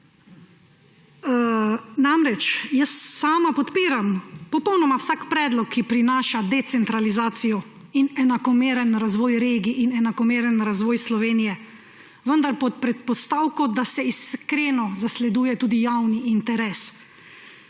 Namreč, sama podpiram popolnoma vsak predlog, ki prinaša decentralizacijo in enakomeren razvoj regij in enakomeren razvoj Slovenije, vendar pod predpostavko, da se iskreno zasleduje tudi javni interes